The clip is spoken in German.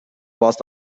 warst